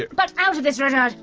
butt but out of this, rudyard.